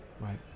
Right